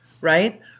right